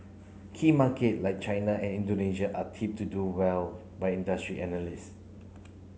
key market like China and Indonesia are tipped to do well by industry analyst